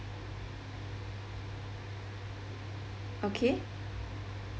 okay